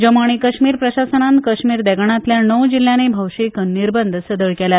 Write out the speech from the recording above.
जम्मु आनी काश्मीर प्रशासनान काश्मिर देंगणातल्या णव जिल्ल्यानी भौशिक निर्बंध सदळ केल्या